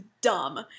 dumb